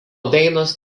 dainos